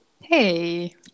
Hey